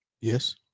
Yes